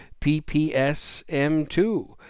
PPS-M2